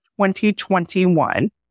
2021